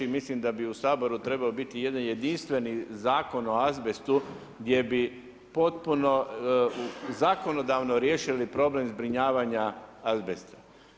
Mislim da bi u Saboru trebao biti jedan jedinstven zakon o azbestu gdje bi potpuno zakonodavno riješili problem zbrinjavanja azbesta.